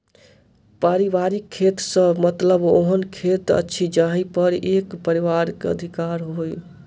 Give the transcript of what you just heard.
पारिवारिक खेत सॅ मतलब ओहन खेत अछि जाहि पर एक परिवारक अधिकार होय